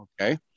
Okay